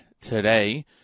today